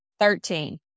Thirteen